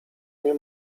nie